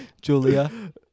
Julia